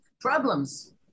problems